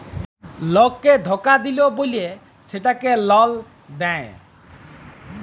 লককে ধকা দিল্যে বল্যে সেটকে লল দেঁয়